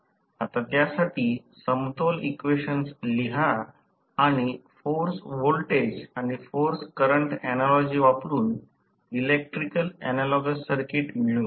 आता त्यासाठी समतोल इक्वेशन्स लिहा आणि फोर्स व्होल्टेज आणि फोर्स करंट ऍनालॉजी वापरुन इलेक्ट्रिकल ऍनालॉगस सर्किट मिळवा